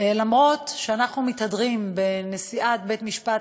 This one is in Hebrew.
אף שאנחנו מתהדרים בנשיאת בית-משפט,